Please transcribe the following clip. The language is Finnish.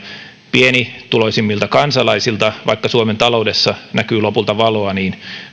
pienituloisimmilta kansalaisilta vaikka suomen taloudessa näkyy lopulta valoa niin